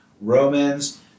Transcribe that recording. Romans